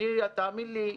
תאמין לי,